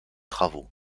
travaux